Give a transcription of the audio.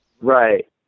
Right